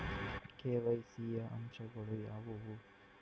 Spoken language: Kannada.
ಕೆ.ವೈ.ಸಿ ಯ ಅಂಶಗಳು ಯಾವುವು?